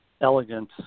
elegant